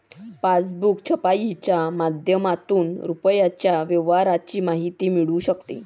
passbook छपाईच्या माध्यमातून रुपयाच्या व्यवहाराची माहिती मिळू शकते